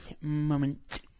moment